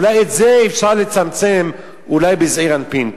אולי את זה אפשר לצמצם, אולי בזעיר אנפין.